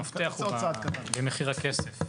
המפתח הוא במחיר הכסף.